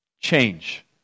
change